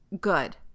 good